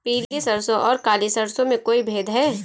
पीली सरसों और काली सरसों में कोई भेद है?